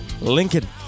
Lincoln